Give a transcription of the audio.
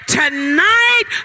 tonight